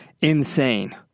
insane